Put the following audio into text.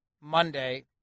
Monday